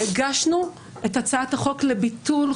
והגשנו את הצעת החוק לביטול חוק ההתיישנות.